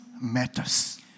matters